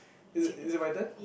is it is it my turn